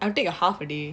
I'll take like half a day